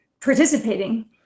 participating